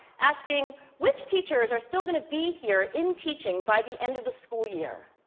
asking which teachers are still going to be here in teaching by the end of the school year,